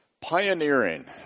pioneering